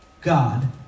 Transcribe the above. God